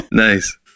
Nice